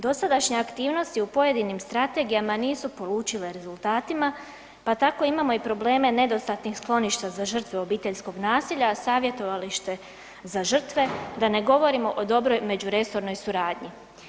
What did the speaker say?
Dosadašnje aktivnosti u pojedinim strategijama nisu polučile rezultatima pa tako imamo i probleme nedostatnih skloništa za žrtve obiteljskog nasilja, a savjetovalište za žrtve, da ne govorimo o dobroj međuresornoj suradnji.